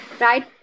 Right